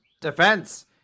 defense